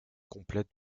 complète